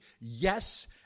yes